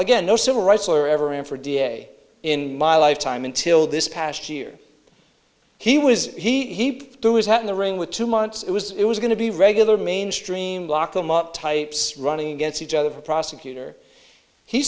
again no civil rights lawyer ever ran for d a in my lifetime until this past year he was he threw his hat in the ring with two months it was it was going to be a regular mainstream lock them up types running against each other prosecutor he